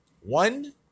One